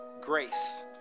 grace